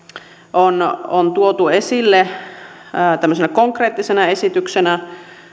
on on tuotu esille tämmöisenä konkreettisena esityksenä